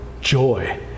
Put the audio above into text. joy